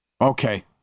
Okay